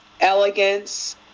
elegance